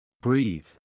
Breathe